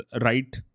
right